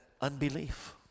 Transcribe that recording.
unbelief